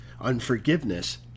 unforgiveness